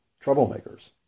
troublemakers